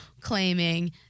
claiming